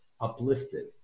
uplifted